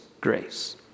grace